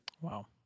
Wow